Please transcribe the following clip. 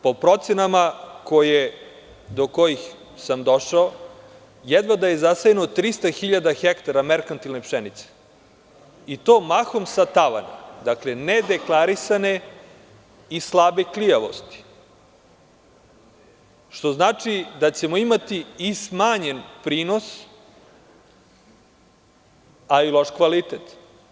Po procenama do kojih sam došao, jedva da je zasejano 300 hiljada hektara merkantilne pšenice, i to mahom sa tavana, dakle, nedeklarisane i slabe klijavosti, što znači da ćemo imati i smanjen prinos, a i loš kvalitet.